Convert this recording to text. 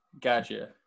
Gotcha